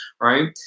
Right